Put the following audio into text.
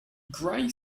gray